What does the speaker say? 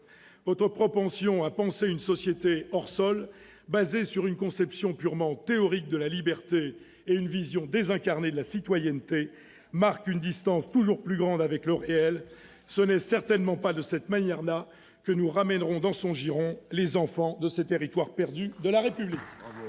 Votre propension à penser une société hors-sol, fondée sur une conception purement théorique de la liberté et une vision désincarnée de la citoyenneté marque une distance toujours plus grande avec le réel. Ce n'est certainement pas de cette manière-là que nous ramènerons dans son giron « les enfants de ces territoires perdus de la République